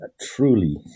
truly